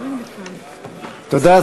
תודה.